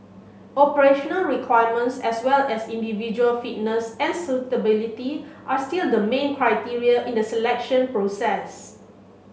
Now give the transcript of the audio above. operational requirements as well as individual fitness and suitability are still the main criteria in the selection process